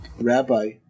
rabbi